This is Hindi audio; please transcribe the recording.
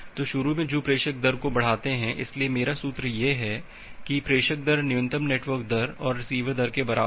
तो शुरू में जो प्रेषक दर को बढ़ाते हैं इसलिए मेरा सूत्र यह है कि प्रेषक दर न्यूनतम नेटवर्क दर और रिसीवर दर के बराबर है